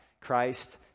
Christ